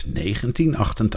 1988